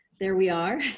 there we are.